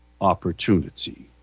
opportunity